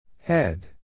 Head